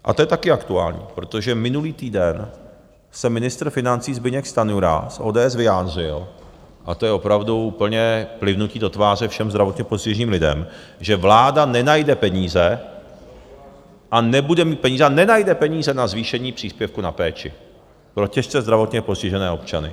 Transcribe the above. A to je také aktuální, protože minulý týden se ministr financí Zbyněk Stanjura z ODS vyjádřil, a to je opravdu úplně plivnutí do tváře všem zdravotně postiženým lidem, že vláda nenajde peníze a nebude mít peníze a nenajde peníze na zvýšení příspěvku na péči pro těžce zdravotně postižené občany.